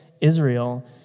Israel